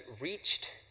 reached